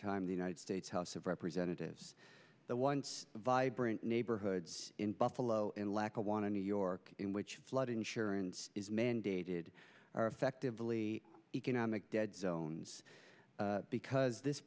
time the united states house of representatives the once vibrant neighborhoods in buffalo and lackawanna new york in which flood insurance is mandated are effectively economic dead zones because this